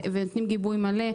ונותנים גיבוי מלא.